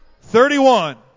Thirty-one